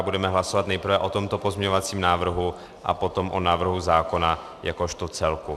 Budeme hlasovat nejprve o tomto pozměňovacím návrhu a potom o návrhu zákona jakožto celku.